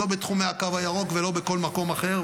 לא בתחומי הקו הירוק ולא בכל מקום אחר.